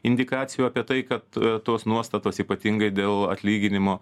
indikacijų apie tai kad tos nuostatos ypatingai dėl atlyginimo